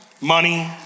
Money